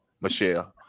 Michelle